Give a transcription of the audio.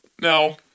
no